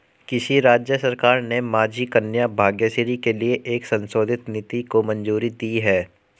किस राज्य सरकार ने माझी कन्या भाग्यश्री के लिए एक संशोधित नीति को मंजूरी दी है?